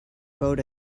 boat